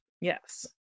Yes